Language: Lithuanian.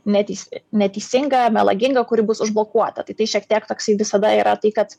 neteisi neteisinga melaginga kuri bus užblokuota tai tiek šiek tiek toks visada yra tai kad